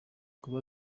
kuba